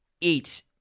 eat